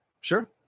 Sure